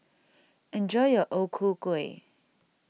enjoy your O Ku Kueh